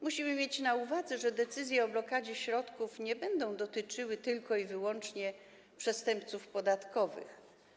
Musimy mieć na uwadze, że decyzje o blokadzie środków nie będą dotyczyły tylko i wyłącznie przestępców podatkowych.